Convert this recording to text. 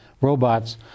robots